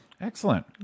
Excellent